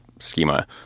schema